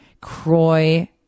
Croy